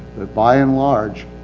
but by and large.